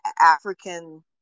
African